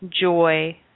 joy